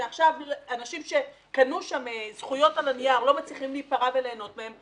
שעכשיו אנשים שקנו שם זכויות על הנייר לא מצליחים להיפרע וליהנות מהן.